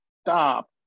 stop